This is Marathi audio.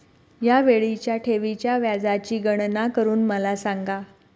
या वेळीच्या ठेवीच्या व्याजाची गणना करून मला सांगा